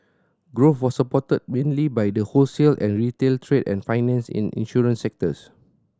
growth was supported mainly by the wholesale and retail trade and finance and insurance sectors